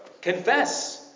Confess